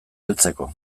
heltzeko